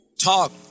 talk